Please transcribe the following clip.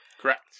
Correct